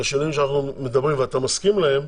השינויים שאנחנו מדברים ואתה מסכים להם,